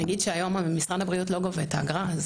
נגיד שהיום משרד הבריאות לא גובה את האגרה,